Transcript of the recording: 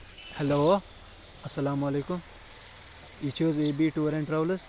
hello اَسلام علیکُم یہِ چھٔز حظ A B tour and travels